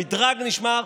המדרג נשמר,